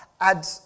add